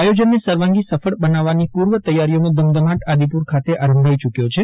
આયોજનને સર્વાંગી સફળ બનાવવાની પૂર્વ તૈયારીઓનો ધમધમાટ આદિપુર ખાતે આરંભાઇ યૂકથો છે